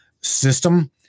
system